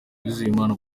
uwizeyimana